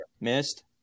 Missed